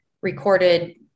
recorded